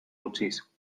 utziz